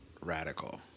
radical